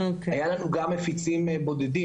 היו לנו גם מפיצים בודדים,